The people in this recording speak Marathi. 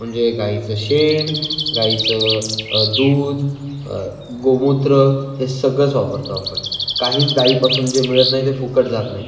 म्हणजे गायीचं शेण गायीचं दूध गोमूत्र हे सगळंच वापरतो आपण काहीच गायीपासून जे मिळत नाही ते फुकट जात नाही